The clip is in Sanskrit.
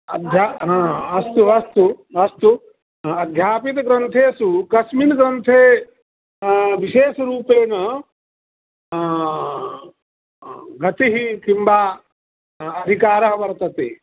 अस्तु अस्तु अस्तु अध्यापितग्रन्थेषु कस्मिन् ग्रन्थे विशेषरूपेण गतिः किंवा अधिकारः वर्तते